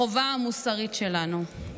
החובה המוסרית שלנו.